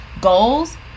goals